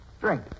Drink